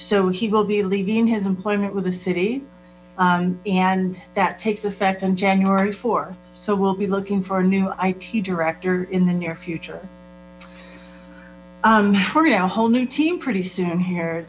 so he will be leaving his employment with the city and that takes effect on january th so we'll be looking for new i t director in the near future our whole new team pretty soon here